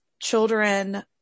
children